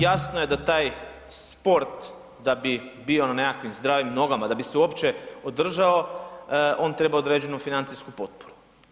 Jasno je da taj sport da bi bio na nekakvim zdravim nogama, da bi se uopće održao on treba određenu financijsku potporu.